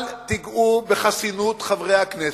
אל תיגעו בחסינות חברי הכנסת.